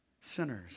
Sinners